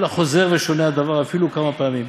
אלא חוזר ושונה הדבר אפילו כמה פעמים,